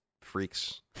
freaks